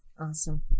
Awesome